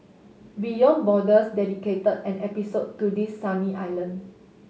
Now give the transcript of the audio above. Beyond Borders dedicated an episode to this sunny island